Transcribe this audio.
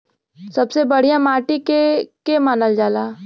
सबसे बढ़िया माटी के के मानल जा?